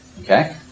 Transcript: Okay